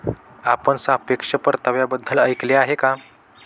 आपण सापेक्ष परताव्याबद्दल ऐकले आहे का?